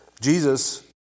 Jesus